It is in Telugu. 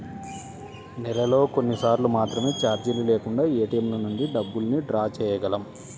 నెలలో కొన్నిసార్లు మాత్రమే చార్జీలు లేకుండా ఏటీఎంల నుంచి డబ్బుల్ని డ్రా చేయగలం